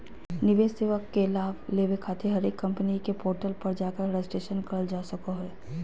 निवेश सेवा के लाभ लेबे खातिर हरेक कम्पनी के पोर्टल पर जाकर रजिस्ट्रेशन करल जा सको हय